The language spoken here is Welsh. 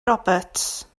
roberts